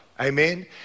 Amen